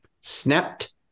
snapped